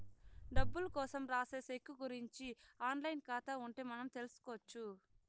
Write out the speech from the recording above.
డబ్బులు కోసం రాసే సెక్కు గురుంచి ఆన్ లైన్ ఖాతా ఉంటే మనం తెల్సుకొచ్చు